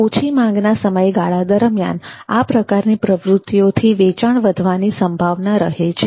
ઓછી માંગના સમયગાળા દરમ્યાન આ પ્રકારની પ્રવૃત્તિઓથી વેચાણ વધવાની સંભાવના રહે છે